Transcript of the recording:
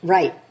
Right